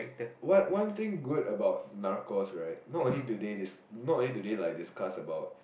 what one thing good about narcos right not only today not only today like they discuss about